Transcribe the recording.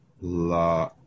La